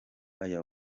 aya